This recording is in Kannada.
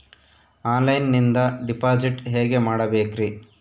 ಆನ್ಲೈನಿಂದ ಡಿಪಾಸಿಟ್ ಹೇಗೆ ಮಾಡಬೇಕ್ರಿ?